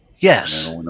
Yes